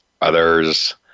Others